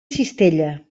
cistella